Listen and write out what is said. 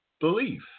belief